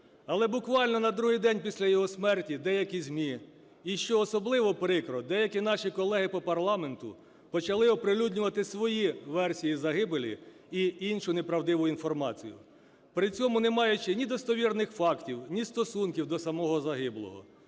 Але буквально на другий день після його смерті деякі ЗМІ і, що особливо прикро, деякі наші колеги по парламенту почали оприлюднювати свої версії загибелі і іншу неправдиву інформацію, при цьому не маючи ні достовірних фактів, ні стосунків до самого загиблого,